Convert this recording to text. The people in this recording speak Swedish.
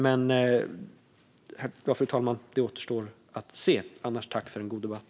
Men, fru talman, det återstår att se. Tack för en god debatt!